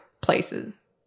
places